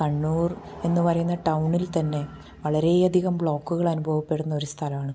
കണ്ണൂർ എന്ന് പറയുന്ന ടൗണിൽ തന്നെ വളരെയധിയകം ബ്ലോക്കുകൾ അനുഭവപ്പെടുന്ന ഒരു സ്ഥലമാണ്